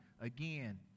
Again